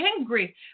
angry